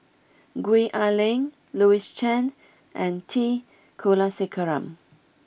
Gwee Ah Leng Louis Chen and T Kulasekaram